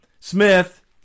Smith